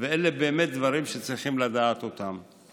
ואלה באמת דברים שצריכים לדעת אותם.